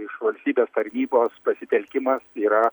iš valstybės tarnybos pasitelkimas yra